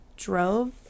drove